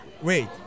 Wait